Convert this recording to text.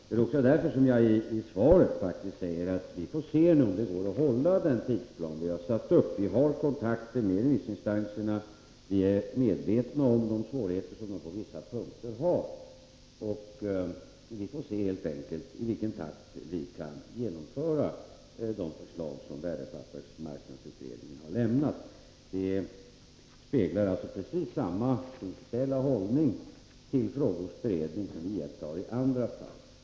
Det är också därför som jag i svaret säger, att vi får se om det går att hålla den tidsplan vi har satt upp. Vi har kontakt med remissinstanserna. Vi är medvetna om de svårigheter som de har på vissa punkter. Vi får helt enkelt se i vilken takt vi kan genomföra de förslag som värdepappersmarknadsutredningen lagt fram. Mina uttalanden speglar alltså precis samma principiella hållning till frågors beredning som vi intar i andra fall.